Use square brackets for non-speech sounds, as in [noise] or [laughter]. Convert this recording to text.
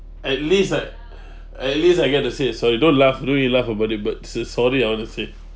at least I [breath] at least I get to say sorry don't laugh don't you laugh about it but s~ sorry I want to say